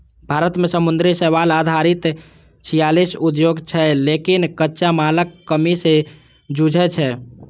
भारत मे समुद्री शैवाल आधारित छियालीस उद्योग छै, लेकिन कच्चा मालक कमी सं जूझै छै